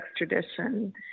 extradition